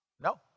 No